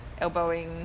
Elbowing